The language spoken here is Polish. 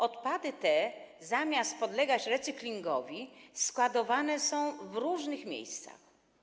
Odpady te zamiast podlegać recyklingowi składowane są w różnych miejscach.